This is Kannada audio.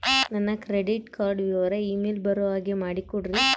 ನನಗೆ ಕ್ರೆಡಿಟ್ ಕಾರ್ಡ್ ವಿವರ ಇಮೇಲ್ ಗೆ ಬರೋ ಹಾಗೆ ಮಾಡಿಕೊಡ್ರಿ?